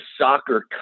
soccer